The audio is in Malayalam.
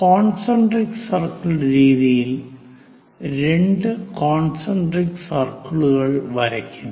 കോൺസെൻട്രിക് സർക്കിൾ രീതിയിൽ രണ്ട് കോൺസെൻട്രിക് സർക്കിളുകൾ വരയ്ക്കും